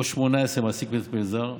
או 18 למי שמעסיק מטפל זר.